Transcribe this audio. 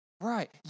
right